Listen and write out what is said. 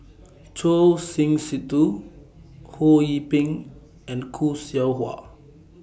Choor Singh Sidhu Ho Yee Ping and Khoo Seow Hwa